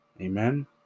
Amen